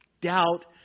Doubt